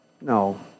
No